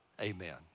amen